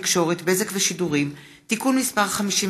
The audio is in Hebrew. חוק הרופאים הווטרינרים (תיקון,